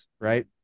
right